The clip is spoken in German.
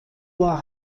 war